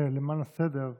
למען הסדר,